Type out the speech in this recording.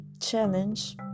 challenge